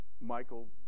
Michael